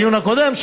בדיון הקודם,